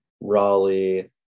Raleigh